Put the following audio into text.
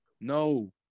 No